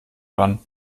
ran